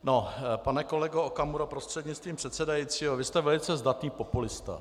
No, pane kolego Okamuro prostřednictvím předsedajícího, vy jste velice zdatný populista.